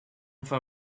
for